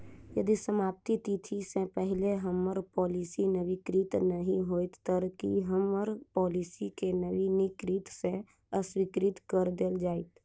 यदि समाप्ति तिथि सँ पहिने हम्मर पॉलिसी नवीनीकृत नहि होइत तऽ की हम्मर पॉलिसी केँ नवीनीकृत सँ अस्वीकृत कऽ देल जाइत?